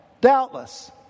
doubtless